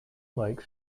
like